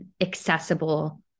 accessible